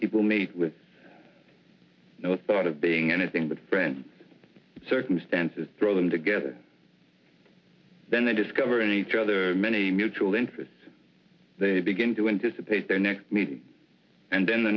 people mate with no thought of being anything but friend circumstances throw them together then they discover in each other many mutual interests they begin to anticipate their next meeting and then the